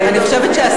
כל